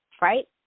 right